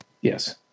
Yes